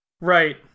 Right